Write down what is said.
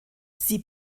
sie